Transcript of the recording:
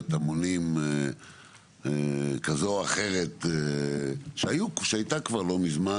המונים כזו או אחרת שהייתה כבר לא מזמן,